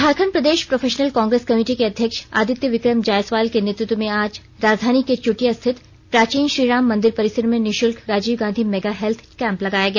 झारखंड प्रदेश professional Congress committee के अध्यक्ष आदित्य विक्रम जायसवाल के नेतृत्व में आज राजधानी के चुटिया स्थित प्राचीन श्रीराम मंदिर परिसर में निःशुल्क Rajiv Gandhi mega health camp लगाया गया